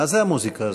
מה זו המוזיקה הזאת?